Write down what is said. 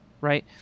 right